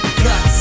cuts